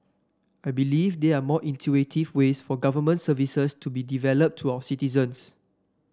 I believe there are more intuitive ways for government services to be delivered to our citizens